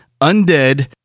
undead